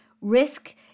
Risk